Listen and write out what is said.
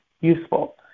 useful